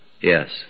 Yes